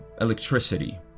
electricity